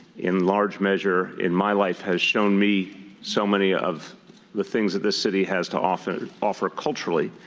in large measure, in my life has shown me so many of the things that this city has to offer offer culturally.